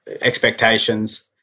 expectations